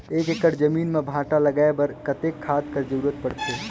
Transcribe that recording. एक एकड़ जमीन म भांटा लगाय बर कतेक खाद कर जरूरत पड़थे?